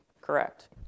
correct